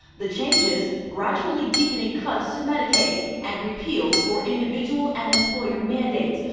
the changes gradually deepening cuts to medicaid and repeals for individual and employer mandates.